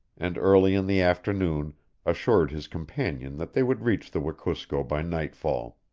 and early in the afternoon assured his companion that they would reach the wekusko by nightfall.